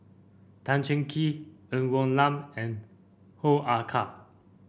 Tan Cheng Kee Ng Woon Lam and Hoo Ah Kay